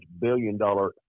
billion-dollar